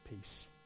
peace